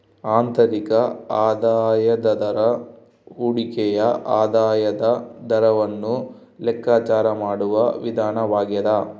ಆಂತರಿಕ ಆದಾಯದ ದರ ಹೂಡಿಕೆಯ ಆದಾಯದ ದರವನ್ನು ಲೆಕ್ಕಾಚಾರ ಮಾಡುವ ವಿಧಾನವಾಗ್ಯದ